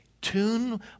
Tune